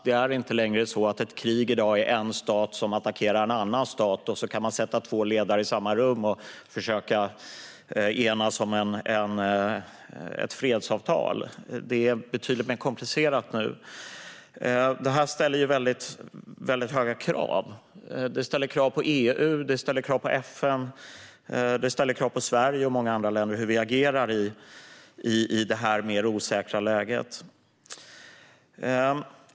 Det är inte längre så att ett krig i dag innebär en stat som attackerar en annan stat, och sedan sätter man två ledare i samma rum och försöker enas om ett fredsavtal. Det är nu betydligt mer komplicerat. Detta ställer höga krav på EU, FN och Sverige och många andra länder på hur vi agerar i det mer osäkra läget.